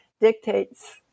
dictates